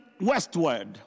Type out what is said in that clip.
westward